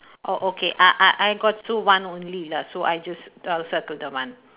oh okay I I I got one only lah so I just I'll circle the one